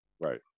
Right